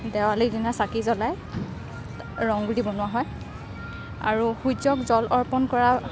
দেৱালীৰ দিনা চাকি জ্বলায় ৰংগুলি বনোৱা হয় আৰু সূৰ্যক জল অৰ্পণ কৰা